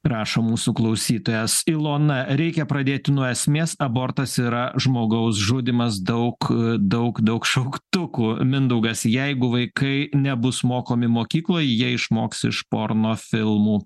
rašo mūsų klausytojas ilona reikia pradėti nuo esmės abortas yra žmogaus žudymas daug daug daug šauktukų mindaugas jeigu vaikai nebus mokomi mokykloj jie išmoks iš porno filmų